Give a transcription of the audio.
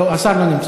לא, השר לא נמצא.